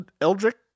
Eldrick